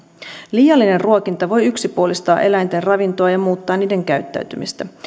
liiallinen ruokinta voi yksipuolistaa eläinten ravintoa ja muuttaa niiden käyttäytymistä